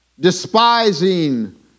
despising